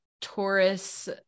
Taurus